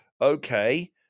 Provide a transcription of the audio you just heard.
Okay